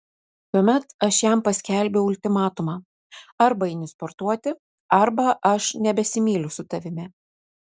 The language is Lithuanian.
tuomet aš jam paskelbiau ultimatumą arba eini sportuoti arba aš nebesimyliu su tavimi